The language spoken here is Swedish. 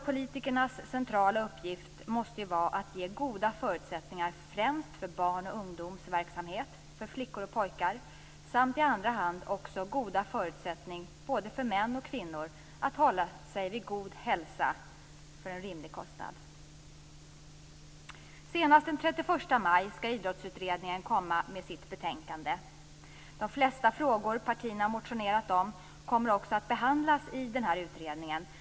Politikernas centrala uppgift måste vara att ge goda förutsättningar främst för barn och ungdomsverksamhet, för flickor och pojkar, samt i andra hand också goda förutsättningar både för män och kvinnor att hålla sig vid god hälsa till en rimlig kostnad. Senast den 31 maj skall Idrottsutredningen komma med sitt betänkande. De flesta frågor partierna har motionerat om kommer också att behandlas i den här utredningen.